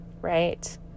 right